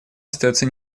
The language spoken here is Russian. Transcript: остается